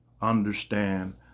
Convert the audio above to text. understand